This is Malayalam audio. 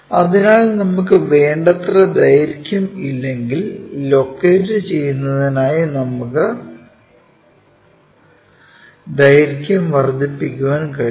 അതിനാൽ നമുക്ക് വേണ്ടത്ര ദൈർഘ്യം ഇല്ലെങ്കിൽ ലൊക്കേറ്റ് ചെയ്യുന്നതിനായി നമുക്കു ദൈർഘ്യം വർദ്ധിപ്പിക്കാൻ കഴിയും